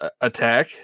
attack